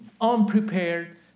unprepared